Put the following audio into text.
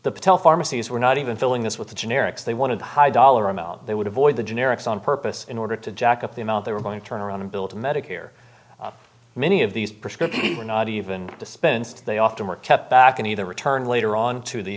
the patel pharmacies were not even filling this with the generics they wanted the high dollar amount they would avoid the generics on purpose in order to jack up the amount they were going to turn around and bill to medicare many of these prescriptions were not even dispensed they often were kept back and either return later on to the